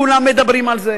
כולם מדברים על זה,